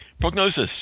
Prognosis